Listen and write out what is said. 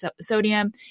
sodium